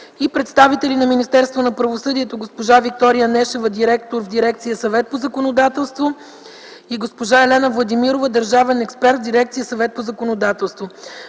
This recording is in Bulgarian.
на правосъдието: госпожа Виктория Нешева – директор в дирекция „Съвет по законодателство”, и госпожа Елена Владимирова – държавен експерт в дирекция „Съвет по законодателство”.